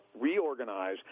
reorganize